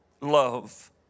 Love